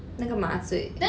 那个麻醉